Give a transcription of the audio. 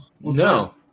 No